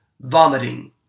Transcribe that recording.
vomiting